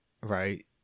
right